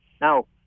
Now